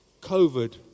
COVID